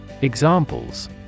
Examples